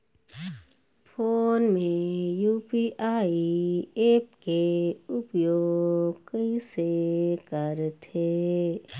Phone मे UPI app के उपयोग कइसे करथे?